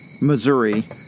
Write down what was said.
Missouri